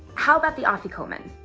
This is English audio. how about the afikoman?